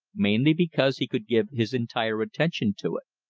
mainly because he could give his entire attention to it.